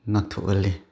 ꯉꯥꯛꯊꯣꯛꯍꯜꯂꯤ